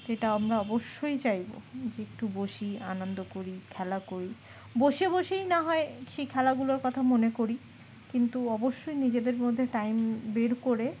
সেটা আমরা অবশ্যই চাইব যে একটু বসি আনন্দ করি খেলা করি বসে বসেই না হয় সেই খেলাগুলোর কথা মনে করি কিন্তু অবশ্যই নিজেদের মধ্যে টাইম বের করে